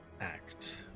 act